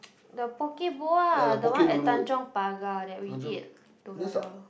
the Poke-Bowl ah the one at Tanjong-Pagar that we ate together